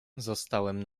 zostałem